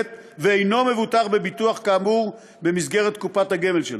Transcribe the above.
ואינו מבוטח בביטוח כאמור במסגרת קופת הגמל שלו.